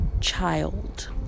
child